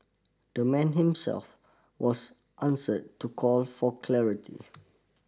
the man himself was answered to call for clarity